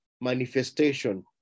manifestation